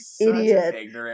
idiot